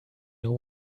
know